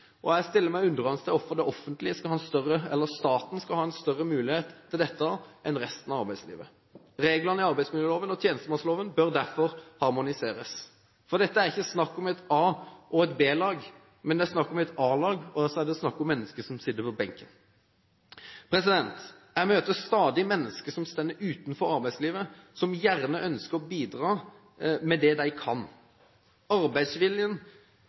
midlertidig. Jeg stiller meg undrende til at det offentlige – staten – skal ha større mulighet til dette enn resten av arbeidslivet. Reglene i arbeidsmiljøloven og tjenestemannsloven bør derfor harmoniseres. Det er ikke snakk om et A-lag og et B-lag – det er snakk om et A-lag og om mennesker som sitter på benken. Jeg møter stadig mennesker som står utenfor arbeidslivet, og som gjerne ønsker å bidra med det de kan. Arbeidsviljen